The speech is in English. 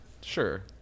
Sure